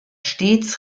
stets